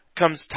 comes